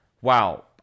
wow